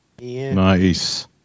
Nice